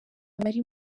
abari